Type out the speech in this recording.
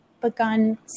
begun